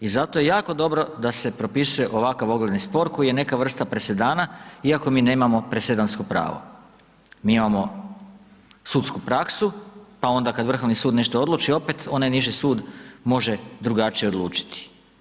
I zato je jako dobro da se propisuje ovakav ogledni spor, koji je neka vrsta presedana, iako mi nemamo presedansko pravo, mi imao sudsku praksu, pa onda kada Vrhovni sud nešto odluči, opet, onaj niži sud može drugačije odlučiti.